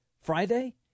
Friday